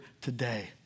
today